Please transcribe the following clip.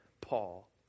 Paul